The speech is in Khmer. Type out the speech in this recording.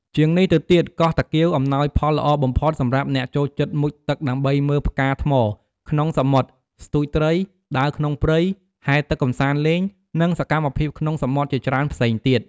ជាងនេះទៅទៀត កោះតាគៀវអំណោយផលល្អបំផុត សម្រាប់អ្នកចូលចិត្តមុជទឹកដើម្បីមើលផ្កាថ្មក្នុងសមុទ្រ ស្ទួចត្រី ដើរក្នុងព្រៃ ហែលទឹកកម្សាន្តលេង និងសកម្មភាពក្នុងសមុទ្រជាច្រើនផ្សេងទៀត។